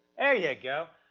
ah ya go!